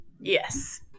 Yes